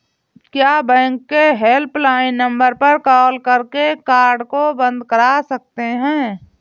क्या बैंक के helpline number पर कॉल करके कार्ड को बंद करा सकते हैं?